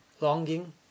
Longing